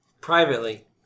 Privately